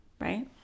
Right